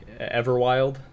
Everwild